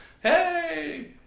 Hey